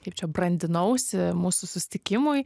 kaip čia brandinausi mūsų susitikimui